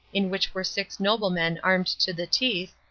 in which were six noblemen armed to the teeth,